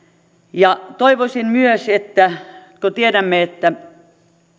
toivoisin myös että kun tiedämme että